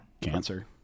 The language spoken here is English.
Cancer